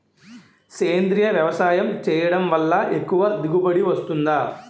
సేంద్రీయ వ్యవసాయం చేయడం వల్ల ఎక్కువ దిగుబడి వస్తుందా?